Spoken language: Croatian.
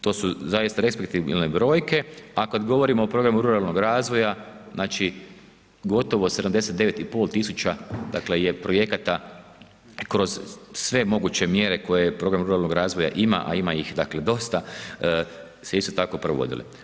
To su zaista respektabilne brojke, a kad govorimo o programu ruralnog razvoja, znači, gotovo 79 i pol tisuća, dakle, je projekata kroz sve moguće mjere koje program ruralnog ima, a ima ih, dakle, dosta, svi su tako provodili.